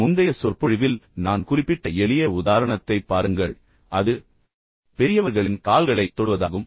முந்தைய சொற்பொழிவில் நான் சுருக்கமாக குறிப்பிட்ட எளிய உதாரணத்தைப் பாருங்கள் அது பெரியவர்களின் கால்களைத் தொடுவதாகும்